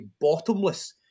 bottomless